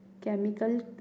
chemical